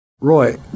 Roy